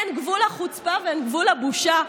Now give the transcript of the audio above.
אין גבול לחוצפה ואין גבול לבושה.